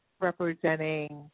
representing